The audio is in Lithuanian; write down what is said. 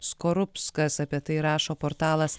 skorupskas apie tai rašo portalas